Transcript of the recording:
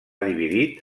dividit